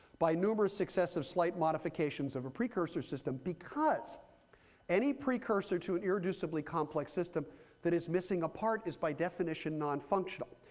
by numerous successive slight modifications of a precursor system, because any precursor to an irreducibly complex system that is missing a part is by definition nonfuctional.